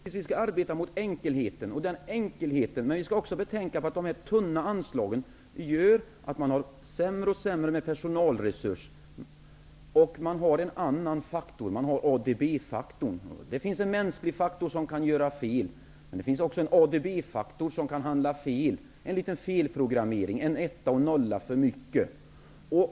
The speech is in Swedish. Fru talman! Naturligtvis skall vi arbeta mot enkelheten. Men vi skall också betänka att dessa tunna anslag gör att man får sämre och sämre personalresurser. Det finns en annan faktor också, nämligen ADB-faktorn. Det finns en mänsklig faktor som kan göra fel, men det finns också en ADB-faktor som kan handla fel. Det kan vara en liten felprogramering, en etta och en nolla för mycket.